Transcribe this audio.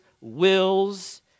wills